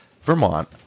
Vermont